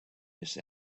miss